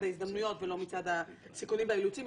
ההזדמנויות ולא מצד הסיכונים והאילוצים.